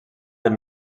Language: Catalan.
del